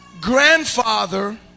grandfather